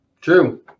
True